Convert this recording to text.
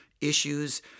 issues